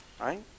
right